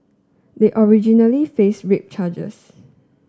they originally faced rape charges